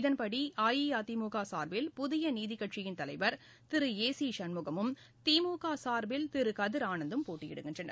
இதன்படி இஅதிமுகசா்பில் புதியநீதிக்கட்சியின் தலைவா் திரு ஏ சிசண்முகமும் திமுகசா்பில் திருகதிர் ஆனந்த்தும் போட்டியிடுகின்றனர்